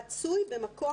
מצוי במקום